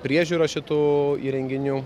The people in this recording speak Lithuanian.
priežiūra šitų įrenginių